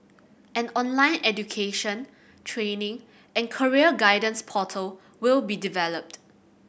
an online education training and career guidance portal will be developed